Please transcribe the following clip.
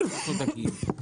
עופות ודגים.